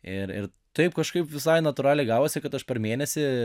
ir ir taip kažkaip visai natūraliai gavosi kad aš per mėnesį